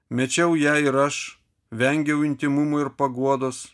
mečiau ją ir aš vengiau intymumo ir paguodos